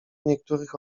niektórych